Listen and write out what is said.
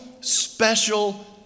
special